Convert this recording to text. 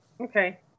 okay